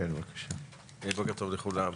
בוקר טוב לכולם.